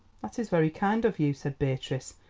that is very kind of you, said beatrice,